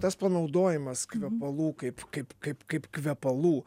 tas panaudojimas kvepalų kaip kaip kaip kaip kvepalų